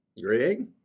Greg